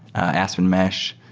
aspen mesh.